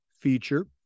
feature